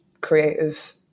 creative